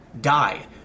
die